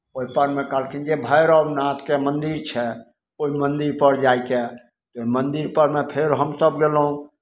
ओहिपर मे कहलखिन जे भैरवनाथके मन्दिर छै ओहि मन्दिरपर जायके ओहि मन्दिरपर मे फेर हमसभ गयलहुँ